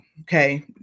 Okay